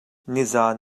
nizaan